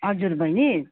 हजुर बहिनी